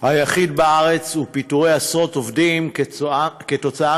היחיד בארץ ופיטורי עשרות עובדים עקב כך.